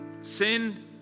Sin